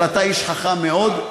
אבל אתה איש חכם מאוד,